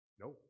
no